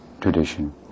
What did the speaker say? tradition